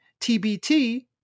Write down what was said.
tbt